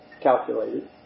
calculated